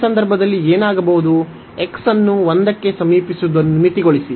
ಈ ಸಂದರ್ಭದಲ್ಲಿ ಏನಾಗಬಹುದು x ಅನ್ನು 1 ಕ್ಕೆ ಸಮೀಪಿಸುವುದನ್ನು ಮಿತಿಗೊಳಿಸಿ